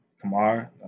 Kamar